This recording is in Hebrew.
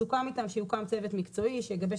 סוכם איתם שיוקם צוות מקצועי שיגבש